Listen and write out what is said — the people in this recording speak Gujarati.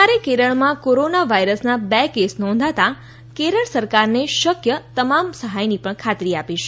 સરકારે કેરળમાં કોરોના વાયરસના બે કેસ નોંધાતા કેરળ સરકારને શક્ય તમામ સહાયની પણ ખાતરી આપી છે